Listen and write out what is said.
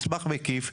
מסמך מקיף,